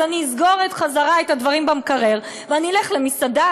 אני אסגור חזרה את הדברים במקרר ואני אלך למסעדה,